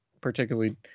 particularly